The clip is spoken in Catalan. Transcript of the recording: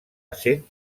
essent